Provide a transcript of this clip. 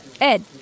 Ed